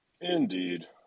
Indeed